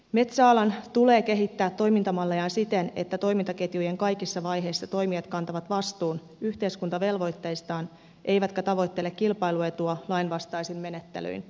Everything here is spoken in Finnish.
metsäalan tulee kehittää toimintamallejaan siten että toimintaketjujen kaikissa vaiheissa toimijat kantavat vastuun yhteiskuntavelvoitteistaan eivätkä tavoittele kilpailuetua lainvastaisin menettelyin